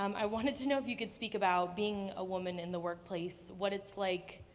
um i wanted to know if you could speak about being a woman in the work place, what it's like,